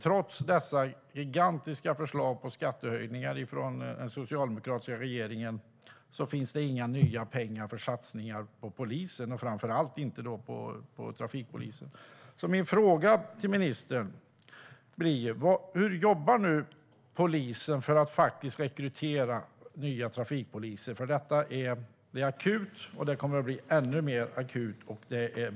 Trots dessa gigantiska förslag på skattehöjningar från den socialdemokratiska regeringen finns det inte några nya pengar för satsningar på polisen, framför allt inte på trafikpolisen. Min fråga till ministern blir: Hur jobbar polisen nu för att rekrytera nya trafikpoliser? Detta är akut, och det kommer att bli ännu mer akut.